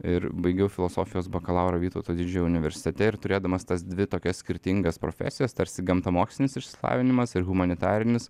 ir baigiau filosofijos bakalaurą vytauto didžiojo universitete ir turėdamas tas dvi tokias skirtingas profesijas tarsi gamtamokslinis išsilavinimas ir humanitarinis